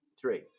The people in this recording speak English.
three